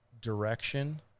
direction